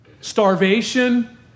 starvation